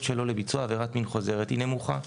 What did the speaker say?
שלו לביצוע עבירת מין חוזרת היא נמוכה,